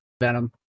Venom